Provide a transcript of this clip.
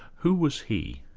who was he?